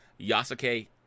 Yasuke